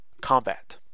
combat